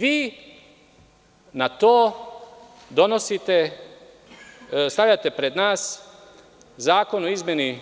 Vi na to stavljate pred nas Predlog zakona o izmeni